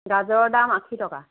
গাজৰৰ দাম আশী টকা